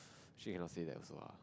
shit cannot say that also lah